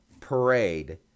parade